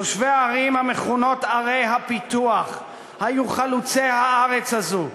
תושבי הערים המכונות ערי הפיתוח היו חלוצי הארץ הזאת,